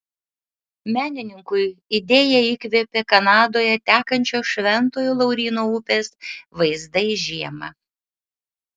menininkui idėją įkvėpė kanadoje tekančios šventojo lauryno upės vaizdai žiemą